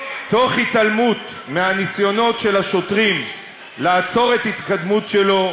תוך התעלמות מהניסיונות של השוטרים לעצור את ההתקדמות שלו,